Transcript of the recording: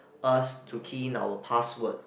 us to key in our password